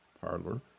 parlor